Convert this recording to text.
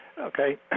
Okay